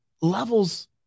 levels